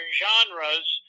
genres